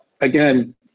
again